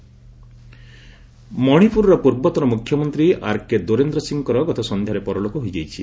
Manipur ex CM ମଣିପୁରର ପୂର୍ବତନ ମୁଖ୍ୟମନ୍ତ୍ରୀ ଆର୍କେ ଦୋରେନ୍ଦ୍ର ସିଂଙ୍କର ଗତ ସନ୍ଧ୍ୟାରେ ପରଲୋକ ହୋଇଯାଇଛି